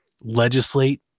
legislate